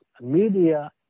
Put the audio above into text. media